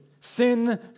Sin